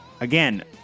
Again